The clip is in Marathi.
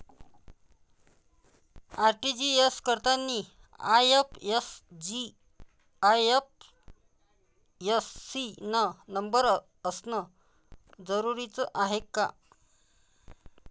आर.टी.जी.एस करतांनी आय.एफ.एस.सी न नंबर असनं जरुरीच हाय का?